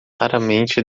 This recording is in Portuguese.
raramente